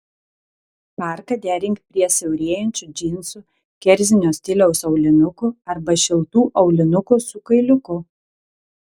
parką derink prie siaurėjančių džinsų kerzinio stiliaus aulinukų arba šiltų aulinukų su kailiuku